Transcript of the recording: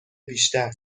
بیشتر